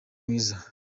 mwiza